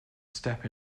step